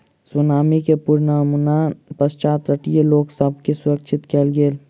tsunami के पुर्वनुमानक पश्चात तटीय लोक सभ के सुरक्षित कयल गेल